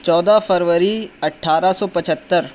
چودہ فروری اٹھارہ سو پچہتر